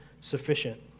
sufficient